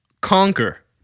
conquer